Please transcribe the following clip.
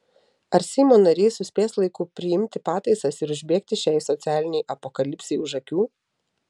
ar seimo nariai suspės laiku priimti pataisas ir užbėgti šiai socialinei apokalipsei už akių